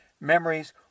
memories